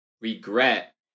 regret